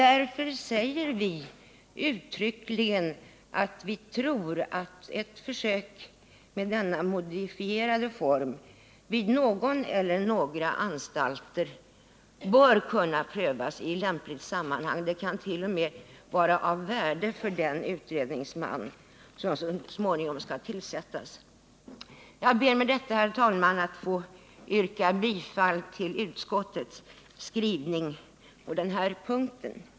Därför säger vi uttryckligen att vi tror att ett försök med denna modifierade form vid någon eller några anstalter bör kunna prövas i lämpligt sammanhang. Det kan t.o.m. vara av värde för den utredningsman som så småningom skall tillsättas. Med detta, herr talman, yrkar jag bifall till utskottets skrivning på den här punkten.